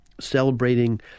celebrating